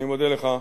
אני מודה לך.